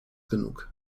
genug